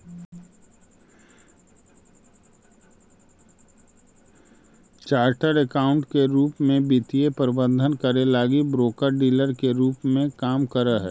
chartered accountant के रूप में वे वित्तीय प्रबंधन करे लगी ब्रोकर डीलर के रूप में काम करऽ हई